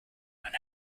when